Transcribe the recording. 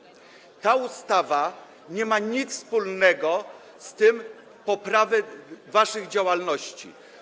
Ta ustawa nie ma nic wspólnego z poprawą waszej działalności.